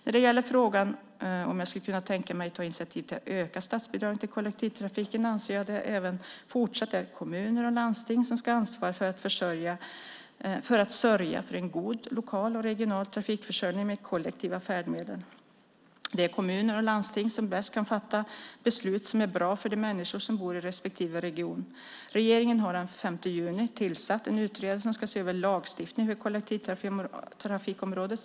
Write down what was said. När det gäller frågan om jag skulle kunna tänka mig att ta initiativ till att öka statsbidragen till kollektivtrafiken anser jag att det även fortsatt är kommuner och landsting som ska ansvara för att sörja för en god lokal och regional trafikförsörjning med kollektiva färdmedel. Det är kommuner och landsting som bäst kan fatta beslut som är bra för de människor som bor i respektive region. Regeringen har den 5 juni tillsatt en utredare som ska se över lagstiftningen på kollektivtrafikområdet.